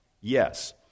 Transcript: Yes